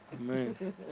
Amen